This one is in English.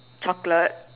chocolate